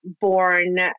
Born